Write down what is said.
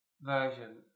version